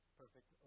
perfect